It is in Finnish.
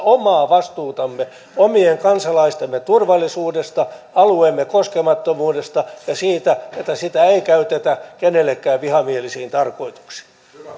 omaa vastuutamme omien kansalaistemme turvallisuudesta alueemme koskemattomuudesta ja siitä että sitä ei käytetä kenellekään vihamielisiin tarkoituksiin